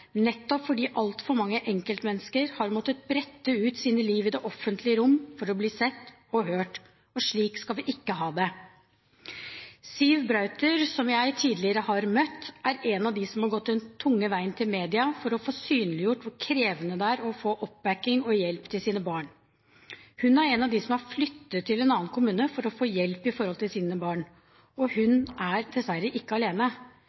nettopp fordi altfor mange enkeltmennesker har måttet brette ut sine liv i det offentlige rom for å bli sett og hørt. Og slik skal vi ikke ha det. Siw Brauter, som jeg tidligere har møtt, er en av dem som har gått den tunge veien til media for å få synliggjort hvor krevende det er å få oppbakking og hjelp til sine barn. Hun er en av dem som har flyttet til en annen kommune for å få hjelp til sine barn. Og hun er dessverre ikke alene.